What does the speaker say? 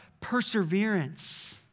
perseverance